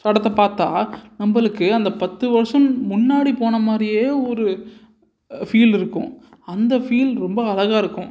படத்தை பார்த்தா நம்மளுக்கு அந்த பத்து வருஷம் முன்னாடி போனமாதிரியே ஒரு ஃபீல் இருக்கும் அந்த ஃபீல் ரொம்ப அழகாக இருக்கும்